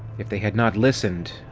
if they had not listened,